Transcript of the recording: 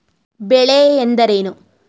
ಬೆಳೆ ಎಂದರೇನು?